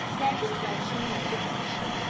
legislation and education.